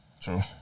True